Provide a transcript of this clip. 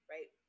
Right